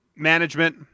management